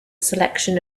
selection